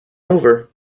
over